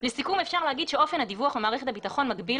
לסיכום אפשר להגיד שאופן הדיווח במערכת הביטחון מגביל